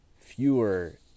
fewer